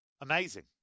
Amazing